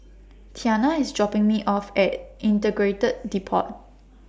Tianna IS dropping Me off At Integrated Deport